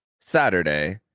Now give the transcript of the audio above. Saturday